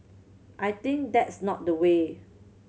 I think that's not the way